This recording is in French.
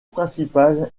principale